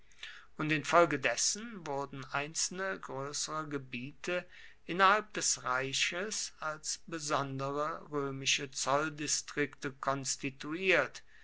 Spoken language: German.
und infolgedessen wurden einzelne größere gebiete innerhalb des reiches als besondere römische zolldistrikte konstituiert